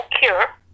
cure